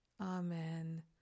Amen